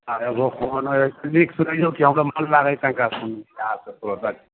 आ एगो कोनो एतेक नीक सुनैयौ कि हमसभ मन लागै तनिका ओहि हिसाबसँ कहबै